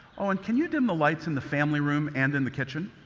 oh, and can you dim the lights in the family room and in the kitchen?